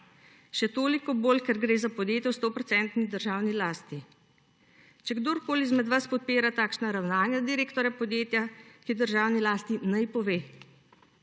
še toliko bolj, ker gre za podjetje v stoodstotni državni lasti. Če kdorkoli izmed vas podpira takšna ravnanja direktorja podjetja, ki je v državni lasti, naj pove.